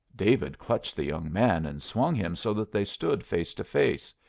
david clutched the young man and swung him so that they stood face to face.